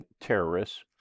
terrorists